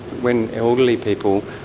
when elderly people,